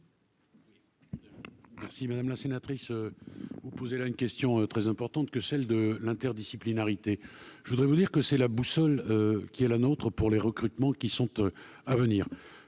Merci madame la sénatrice, vous posez là une question très importante que celle de l'interdisciplinarité, je voudrais vous dire que c'est la boussole qui est la nôtre pour les recrutements qui sont à venir,